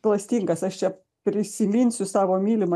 klastingas aš čia prisiminsiu savo mylimą